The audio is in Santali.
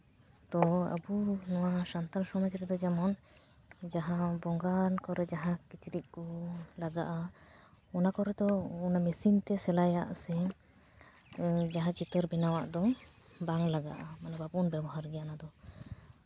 ᱛᱚ ᱟᱵᱚ ᱱᱚᱣᱟ ᱥᱟᱱᱛᱟᱲ ᱥᱚᱢᱟᱡᱽ ᱨᱮᱫᱚ ᱡᱮᱢᱚᱱ ᱡᱟᱦᱟᱸ ᱵᱚᱸᱜᱟᱱ ᱠᱚᱨᱮᱫ ᱡᱟᱦᱟᱸ ᱠᱤᱪᱨᱤᱪ ᱠᱚ ᱞᱟᱜᱟᱜᱼᱟ ᱚᱱᱟ ᱠᱚᱨᱮ ᱫᱚ ᱚᱱᱟ ᱢᱮᱥᱤᱱᱛᱮ ᱥᱮᱞᱟᱭᱟᱜ ᱥᱮ ᱡᱟᱦᱟᱸ ᱪᱤᱛᱟᱹᱨ ᱵᱮᱱᱟᱣ ᱟᱜ ᱫᱚ ᱵᱟᱝ ᱞᱟᱜᱟᱜ ᱵᱟᱵᱚᱱ ᱵᱮᱵᱚᱦᱟᱨ ᱜᱮᱭᱟ ᱚᱱᱟᱫᱚ